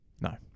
No